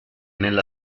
nella